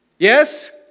Yes